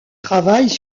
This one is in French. travaillent